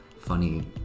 funny